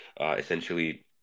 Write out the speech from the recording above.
essentially